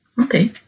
Okay